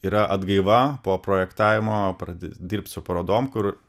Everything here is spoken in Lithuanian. yra atgaiva po projektavimo pradedi dirbt su parodom kur